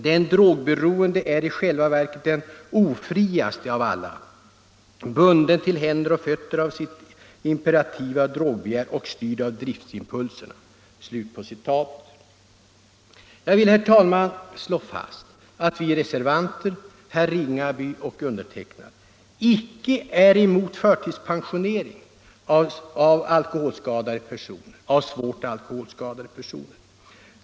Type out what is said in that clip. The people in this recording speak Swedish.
Den drogberoende är i själva verket den ofriaste av alla, bunden till händer och fötter av sitt imperativa drogbegär och styrd av driftsimpulserna.” Jag vill, herr talman, slå fast att vi reservanter, herr Ringaby och undertecknad, icke är emot förtidspensionering av svårt alkoholskadade personer.